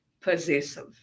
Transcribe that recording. possessive